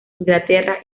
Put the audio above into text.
inglaterra